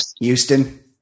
Houston